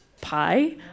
pie